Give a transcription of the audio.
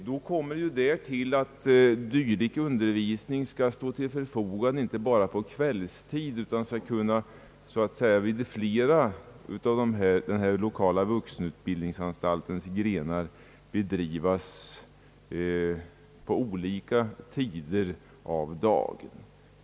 Utskottet har sagt i utlåtandet och jag har sagt från denna talarstol att om heltidsstudier bedrives skall undervisningen stå till förfogande inte bara på kvällstid utan på olika tider av dagen.